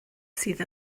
sydd